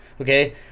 Okay